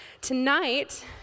Tonight